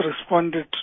responded